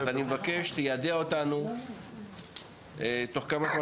אז אני מבקש שתיידע אותנו תוך כמה זמן